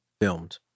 filmed